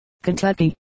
Kentucky